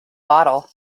bottle